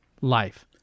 life